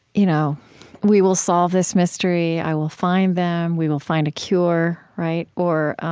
you know we will solve this mystery. i will find them. we will find a cure. right? or,